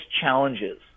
challenges